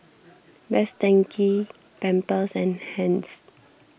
Best Denki Pampers and Heinz